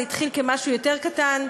זה התחיל כמשהו יותר קטן,